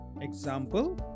example